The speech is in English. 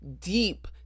deep